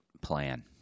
plan